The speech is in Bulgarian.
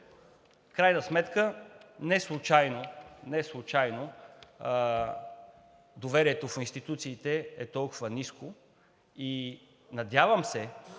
крайна сметка неслучайно доверието в институциите е толкова ниско. Надявам се